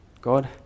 God